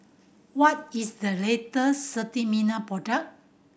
what is the latest Sterimar product